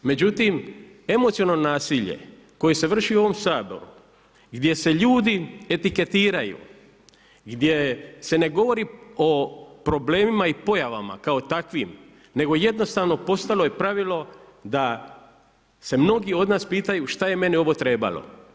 Međutim, emocionalno nasilje koje se vrši u ovom Saboru, gdje se ljudi etiketiraju, gdje se ne govori o problemima i pojavama kao takvim, nego jednostavno, postalo je pravilo da se mnogi od nas pitaju što je meni ovo trebalo?